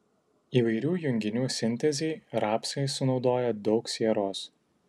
įvairių junginių sintezei rapsai sunaudoja daug sieros